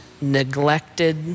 neglected